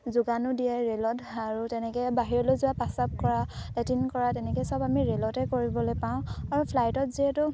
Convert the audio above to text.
যোগানো দিয়ে ৰে'লত আৰু তেনেকৈ বাহিৰলৈ যোৱা প্ৰস্ৰাৱ কৰা লেট্ৰিন কৰা তেনেকৈ চব আমি ৰে'লতে কৰিবলৈ পাওঁ আৰু ফ্লাইটত যিহেতু